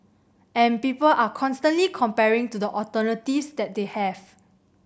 and people are constantly comparing to the alternatives that they have